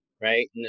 right